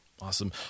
Awesome